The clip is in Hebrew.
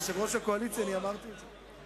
יושב-ראש הקואליציה, אני אמרתי את זה.